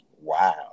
wow